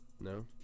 No